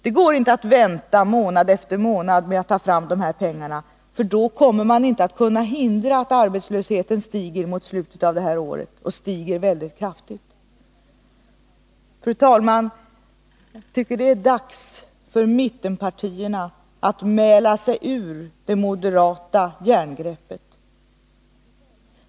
Det går inte att vänta månad efter månad med att ta fram de här pengarna, för då kommer man inte att kunna hindra att arbetslösheten stiger mot slutet av detta år, och stiger mycket kraftigt. Fru talman! Jag tycker det är dags för mittenpartierna att mäla sig ur det moderata järngreppet.